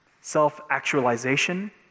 self-actualization